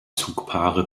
zugpaare